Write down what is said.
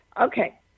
Okay